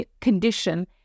condition